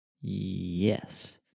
Yes